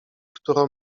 którą